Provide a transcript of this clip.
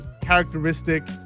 characteristic